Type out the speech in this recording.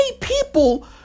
people